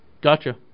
Gotcha